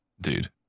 dude